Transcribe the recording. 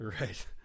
Right